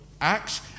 Acts